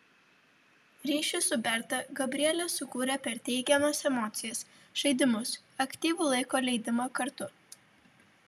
ryšį su berta gabrielė sukūrė per teigiamas emocijas žaidimus aktyvų laiko leidimą kartu